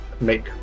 make